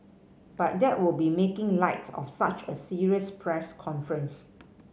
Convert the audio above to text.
but that would be making light of such a serious press conference